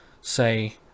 say